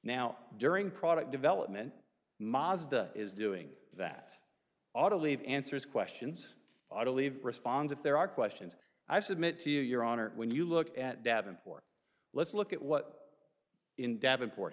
now during product development mazda is doing that ought to leave answers questions i believe responds if there are questions i submit to you your honor when you look at davenport let's look at what i